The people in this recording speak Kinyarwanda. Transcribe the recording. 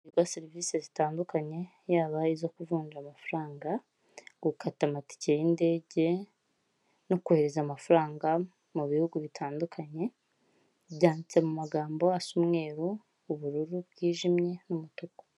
Serivisi zitandukanye yaba izo ku kuvunja amafaranga, gukata amatike y'indege no kohereza amafaranga mu bihugu bitandukanye, byanditse mu magambo asa umweru, ubururu bwijimye n'umutuku.